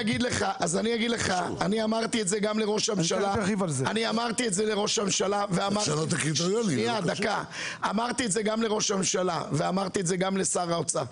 אני אמרתי את זה גם לראש הממשלה ואמרתי את זה גם לשר האוצר,